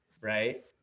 right